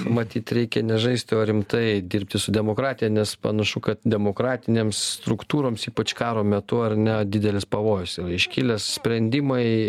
matyt reikia ne žaisti o rimtai dirbti su demokratija nes panašu kad demokratinėms struktūroms ypač karo metu ar ne nedidelis pavojus yra iškilęs sprendimai